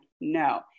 No